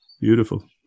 beautiful